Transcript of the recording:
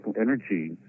energy